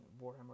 Warhammer